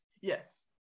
Yes